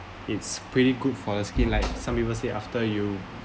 it's pretty good for the skin like some people say after you